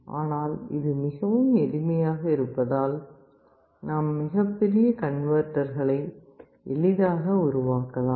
ஆனால் இது மிகவும் எளிமையாக இருப்பதால் நாம் மிகப்பெரிய கன்வெர்ட்டர்களை எளிதாக உருவாக்கலாம்